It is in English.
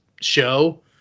show